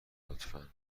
لطفا